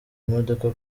imodoka